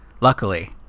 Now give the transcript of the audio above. Luckily